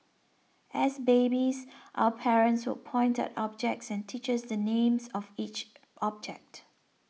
as babies our parents would point at objects and teaches the names of each object